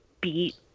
beat